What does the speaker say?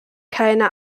keine